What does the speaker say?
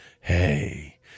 hey